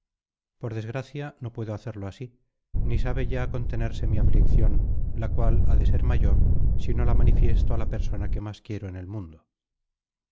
por desgracia no puedo hacerlo así ni sabe ya contenerse mi aflicción la cual ha de ser mayor si no la manifiesto a la persona que más quiero en el mundo